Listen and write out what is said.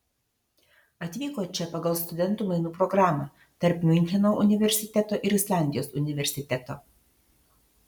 atvyko čia pagal studentų mainų programą tarp miuncheno universiteto ir islandijos universiteto